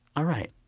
all right.